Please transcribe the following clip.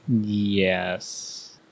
Yes